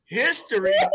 history